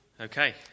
Okay